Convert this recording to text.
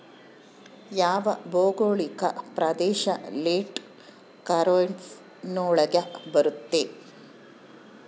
ಯಾವ ಭೌಗೋಳಿಕ ಪ್ರದೇಶ ಲೇಟ್ ಖಾರೇಫ್ ನೊಳಗ ಬರುತ್ತೆ?